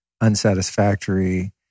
unsatisfactory